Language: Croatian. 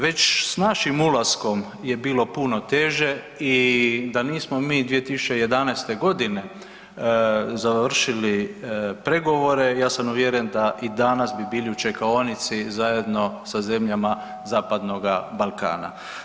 Već s našim ulaskom je bilo puno teže i da nismo mi 2011. godine završili pregovore ja sam uvjeren da i danas bi bili u čekaonici zajedno sa zemljama zapadnoga Balkana.